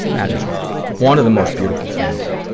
that is one of the most beautiful things